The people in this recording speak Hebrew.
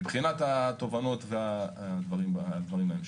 מבחינת תובנות ודברים להמשך,